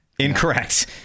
Incorrect